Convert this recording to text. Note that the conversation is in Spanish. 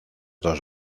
dos